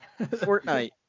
Fortnite